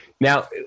now